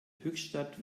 höchstadt